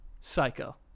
psycho